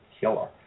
killer